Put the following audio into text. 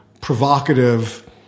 provocative